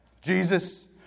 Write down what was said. Jesus